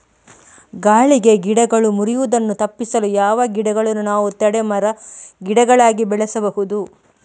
ಗಾಳಿಗೆ ಗಿಡಗಳು ಮುರಿಯುದನ್ನು ತಪಿಸಲು ಯಾವ ಗಿಡಗಳನ್ನು ನಾವು ತಡೆ ಮರ, ಗಿಡಗಳಾಗಿ ಬೆಳಸಬಹುದು?